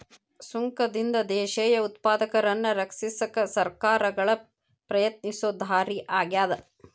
ಸುಂಕದಿಂದ ದೇಶೇಯ ಉತ್ಪಾದಕರನ್ನ ರಕ್ಷಿಸಕ ಸರ್ಕಾರಗಳ ಪ್ರಯತ್ನಿಸೊ ದಾರಿ ಆಗ್ಯಾದ